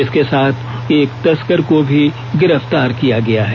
इसके साथ एक तस्कर को भी गिरफ्तार किया है